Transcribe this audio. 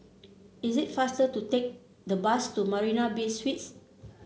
is it faster to take the bus to Marina Bay Suites